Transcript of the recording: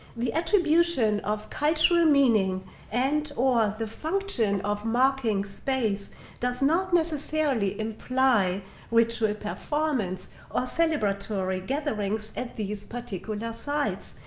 the attribution of cultural meaning and or the function of marking space does not necessarily imply ritual performance or celebratory gatherings at these particular sites,